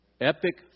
Epic